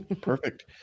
Perfect